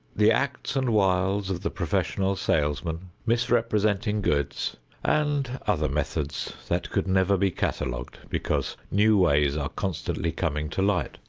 the acts and wiles of the professional salesman, misrepresenting goods and other methods that could never be catalogued because new ways are constantly coming to light.